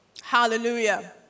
Hallelujah